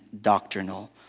doctrinal